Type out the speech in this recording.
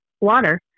water